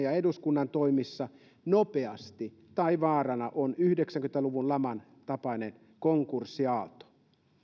ja eduskunnan toimissa nopeasti tai vaarana on yhdeksänkymmentä luvun laman tapainen konkurssiaalto